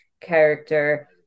character